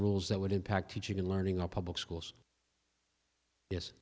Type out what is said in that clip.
rules that would impact teaching and learning are public schools